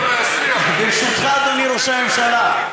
מהשיח, אז ברשותך, אדוני ראש הממשלה,